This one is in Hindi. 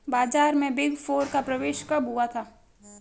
बाजार में बिग फोर का प्रवेश कब हुआ था?